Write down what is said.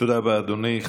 תודה רבה, אדוני.